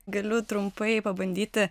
galiu trumpai pabandyti